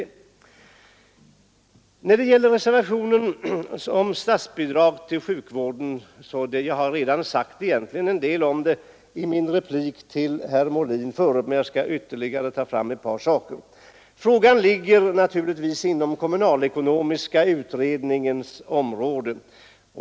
När det gäller reservationen om statsbidrag till sjukvården har jag egentligen redan sagt en del om detta i min replik till herr Molin förut men jag skall ytterligare påpeka ett par saker. Frågan ligger naturligtvis inom kommunalekonomiska utredningens område.